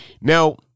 Now